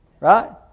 Right